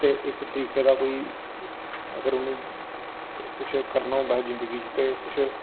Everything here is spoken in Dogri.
ते इक तरीके दा कोई अगर उ'नें कुछ करना होंदा हा जिंदगी च ते कुछ